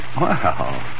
Wow